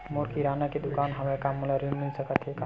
मोर किराना के दुकान हवय का मोला ऋण मिल सकथे का?